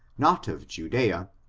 not of judea,